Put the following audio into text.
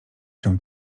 się